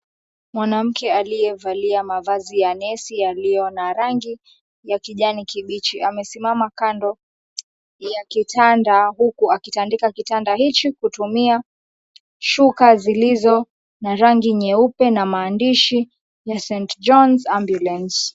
Mwanamke aliyevalia mavazi ya nesi yaliyo na rangi ya kijani kibichi amesimama kando ya kitanda huku akitandika kitanda hichi kutumia shuka zilizo na rangi nyeupe na maandishi ya St. Johns Ambulance.